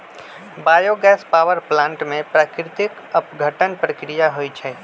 bio gas power plant में प्राकृतिक अपघटन प्रक्रिया होइ छइ